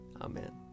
Amen